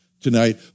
tonight